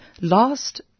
last